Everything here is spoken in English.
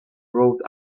rode